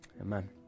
amen